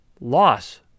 loss